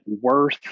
worth